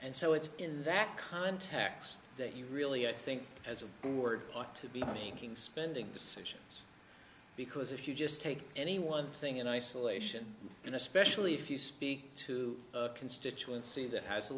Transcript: and so it's in that context that you really i think as a board ought to be king spending decisions because if you just take any one thing in isolation and especially if you speak to a constituency that has a